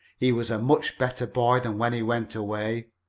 he was a much better boy than when he went away.